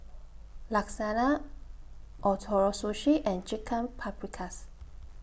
Lasagne Ootoro Sushi and Chicken Paprikas